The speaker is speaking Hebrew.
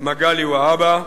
מגלי והבה.